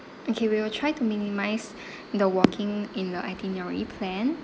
okay we will try to minimise the walking in the itinerary plan